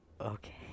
Okay